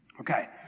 Okay